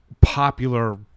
popular